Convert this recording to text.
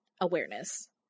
awareness